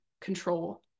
control